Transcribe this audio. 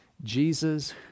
Jesus